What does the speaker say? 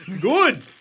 Good